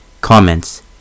Comments